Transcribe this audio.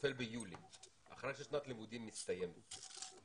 נופל ביולי אחרי ששנת הלימודים מסתיימת.